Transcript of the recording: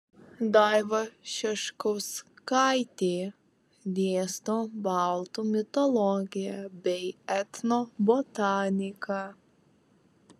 daiva šeškauskaitė dėsto baltų mitologiją bei etnobotaniką